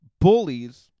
Bullies